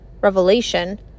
revelation